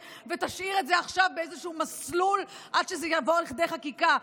ותשאיר את זה באיזשהו מסלול עד שזה יבוא לכדי חקיקה,